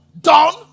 Done